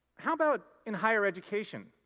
how about in higher education?